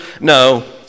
No